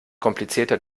komplizierter